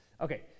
Okay